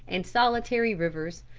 and solitary rivers,